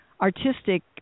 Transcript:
artistic